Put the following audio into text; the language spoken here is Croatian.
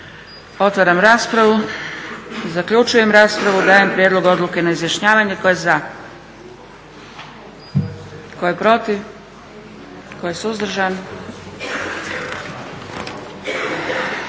Otvaram raspravu. Zaključujem raspravu. Dajem prijedlog odluke na izjašnjavanje. Tko je za? Tko je protiv? Tko je suzdržan?